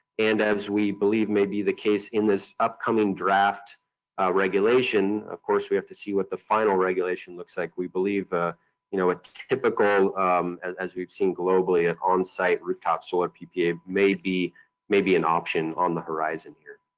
and as we believe may be the case in this upcoming draft regulation of course, we have to see what the final regulation looks like. we believe a you know ah typical as as we've seen globally, an onsite rooftop solar ppa may be may be an option on the horizon here.